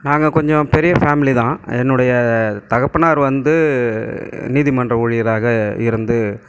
நாங்கள் கொஞ்சம் பெரிய ஃபேமலி தான் என்னுடைய தகப்பனார் வந்து நீதிமன்ற ஊழியராக இருந்து